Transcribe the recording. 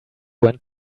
went